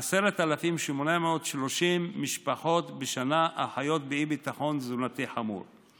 ל-10,830 משפחות בשנה החיות באי-ביטחון תזונתי חמור.